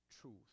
truth